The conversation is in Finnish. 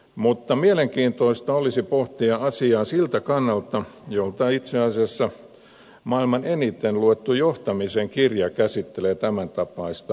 mutta mielenkiintoista olisi pohtia asiaa siltä kannalta jolta itse asiassa maailman eniten luettu johtamisen kirja käsittelee tämän tapaista ongelmaa